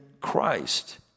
Christ